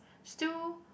still